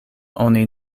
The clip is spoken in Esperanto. oni